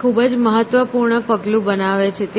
ખૂબ જ મહત્વપૂર્ણ પગલું બનાવે છે